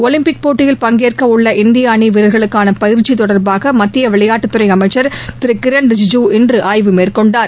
Olympic போட்டியில் பங்கேற்கவுள்ள இந்திய அணி வீரர்களுக்கான பயிற்சி தொடர்பாக மத்திய விளையாட்டுத் அமைச்சர் துறை திரு கிரண் ரிஜிஜூ இன்று ஆய்வு மேற்கொண்டார்